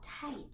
tight